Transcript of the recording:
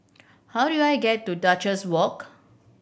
how do I get to Duchess Walk